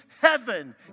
heaven